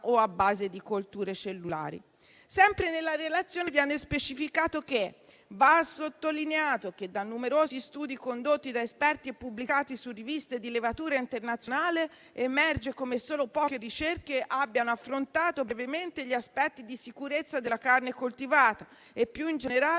o «a base di colture cellulari». Sempre nella relazione viene specificato che «va sottolineato che, da numerosi studi condotti da esperti e pubblicati su riviste di levatura internazionale, emerge come solo poche ricerche abbiano affrontato, brevemente, gli aspetti di sicurezza della carte coltivata e, più in generale,